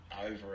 over